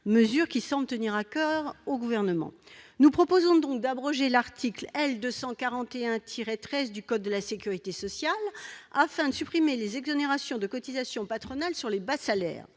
objectif qui semble tenir à coeur au Gouvernement. Nous proposons d'abroger l'article L. 241-13 du code de la sécurité sociale, afin de supprimer les exonérations de cotisations patronales sur les bas salaires.